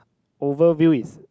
overview is